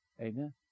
Amen